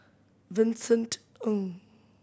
Vincent Ng